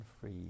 free